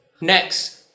next